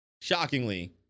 shockingly